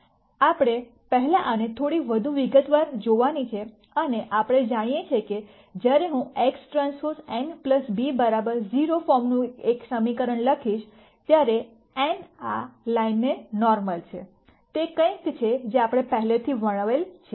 આપણે પહેલા આને થોડી વધુ વિગતવાર જોવાની છે અને આપણે જાણીએ છીએ કે જ્યારે હું XTn b 0 ફોર્મનું એક સમીકરણ લખીશ ત્યારે n આ આ લાઈન ને નોર્મલ છે તે કંઈક છે જે આપણે પહેલાથી વર્ણવેલ છે